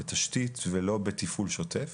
בתשתית ולא בתפעול שוטף.